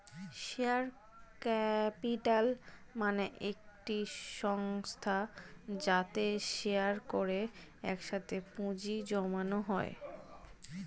share capital মানে একটি সংস্থা যাতে শেয়ার করে একসাথে পুঁজি জমানো হয়